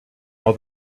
all